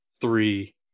three